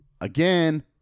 again